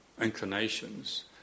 inclinations